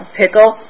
pickle